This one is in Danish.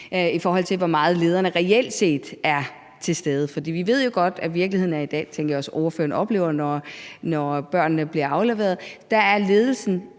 i forhold til hvor meget lederne reelt set er til stede. For vi ved jo godt, at virkeligheden i dag er – det tænker jeg også ordføreren oplever, når børnene bliver afleveret – at ledelsen